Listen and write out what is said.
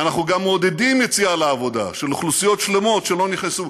ואנחנו גם מעודדים יציאה לעבודה של אוכלוסיות שלמות שלא נכנסו.